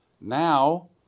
now